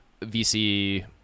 vc